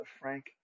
Frank